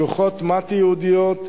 שלוחות מט"י ייעודיות,